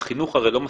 והחינוך הרי לא מספיק.